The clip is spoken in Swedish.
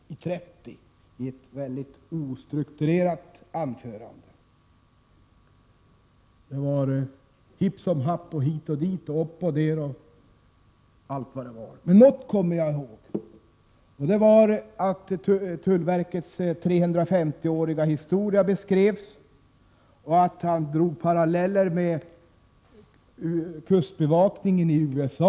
Herr talman! Den debatt som nu pågår är ju en fortsättning på den debatt som fördes i går och som fick avbrytas omkring kl. 23. Både jag och Tommy Franzén talade då. Tommy Franzén hade anmält att han skulle tala i tio minuter, men han höll på i nästan 30 minuter. Det var ett mycket ostrukturerat anförande. Påståendena kom litet hipp som happ. Men någonting kommer jag ändå ihåg. Han redogjorde nämligen för tullverkets 350-åriga historia. Han drog också paralleller med kustbevakningen i USA.